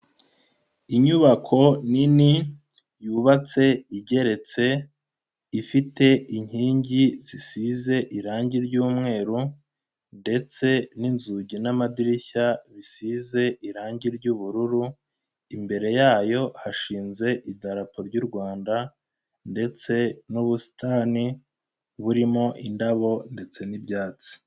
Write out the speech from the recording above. Inyubako nini yubatse igeretse, ifite inkingi zisize irangi ry'umweru ndetse n'inzugi n'amadirishya bisize irangi ry'ubururu, imbere yayo hashinze idarapo ry'u Rwanda ndetse n'ubusitani burimo indabo ndetse n'ibyatsi.